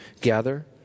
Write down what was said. gather